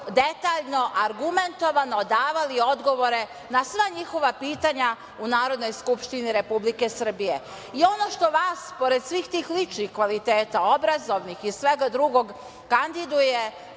detaljno, argumentovano davali odgovore na sva njihova pitanja u Narodnoj skupštini Republike Srbije. Ono što vas, pored svih tih ličnih kvaliteta, obrazovnih i svega drugog, kandiduje